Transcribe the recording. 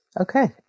Okay